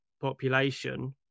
population